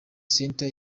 center